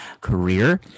career